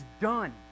done